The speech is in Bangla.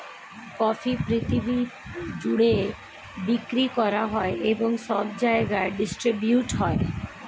কফি পৃথিবী জুড়ে বিক্রি করা হয় এবং সব জায়গায় ডিস্ট্রিবিউট হয়